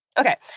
okay.